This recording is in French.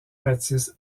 baptiste